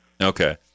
Okay